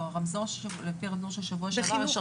לפי הרמזור של שבוע שעבר יש רשות אחת.